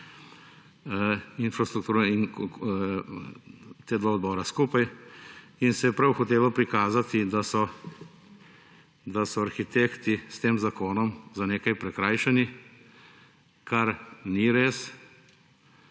infrastrukturo, ta dva odbora skupaj. Prav hotelo se je prikazati, da so arhitekti s tem zakonom za nekaj prikrajšani, kar ni res.